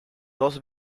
dos